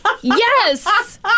Yes